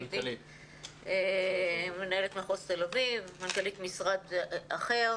הייתי מנהלת מחוז תל אביב ומנכ"לית של משרד אחר.